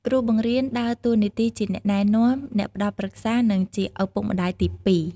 គ្រូបង្រៀនដើរតួនាទីជាអ្នកណែនាំ អ្នកផ្តល់ប្រឹក្សា និងជាឪពុកម្តាយទីពីរ។